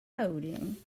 coding